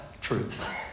truth